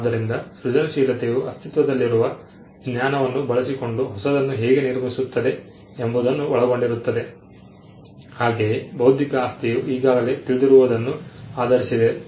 ಆದ್ದರಿಂದ ಸೃಜನಶೀಲತೆಯು ಅಸ್ತಿತ್ವದಲ್ಲಿರುವ ಜ್ಞಾನವನ್ನು ಬಳಸಿಕೊಂಡು ಹೊಸದನ್ನು ಹೇಗೆ ನಿರ್ಮಿಸುತ್ತದೆ ಎಂಬುದನ್ನು ಒಳಗೊಂಡಿರುತ್ತದೆ ಹಾಗೆಯೇ ಬೌದ್ಧಿಕ ಆಸ್ತಿಯು ಈಗಾಗಲೇ ತಿಳಿದಿರುವದನ್ನು ಆಧರಿಸಿದೆ